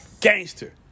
Gangster